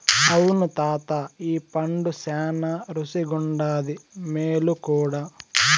అవును తాతా ఈ పండు శానా రుసిగుండాది, మేలు కూడా